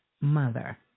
mother